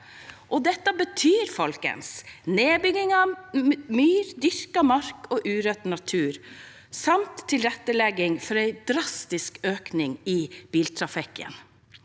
Dette betyr nedbygging av myr, dyrket mark og urørt natur samt tilrettelegging for en drastisk økning i biltrafikken.